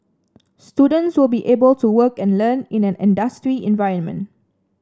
students will be able to work and learn in an industry environment